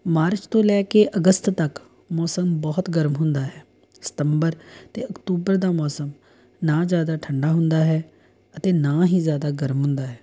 March ਤੋਂ ਲੈ ਕੇ ਅਗਸਤ ਤੱਕ ਮੌਸਮ ਬਹੁਤ ਗਰਮ ਹੁੰਦਾ ਹੈ ਸਤੰਬਰ ਅਤੇ ਅਕਤੂਬਰ ਦਾ ਮੌਸਮ ਨਾ ਜ਼ਿਆਦਾ ਠੰਡਾ ਹੁੰਦਾ ਹੈ ਅਤੇ ਨਾ ਹੀ ਜ਼ਿਆਦਾ ਗਰਮ ਹੁੰਦਾ ਹੈ